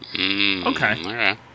Okay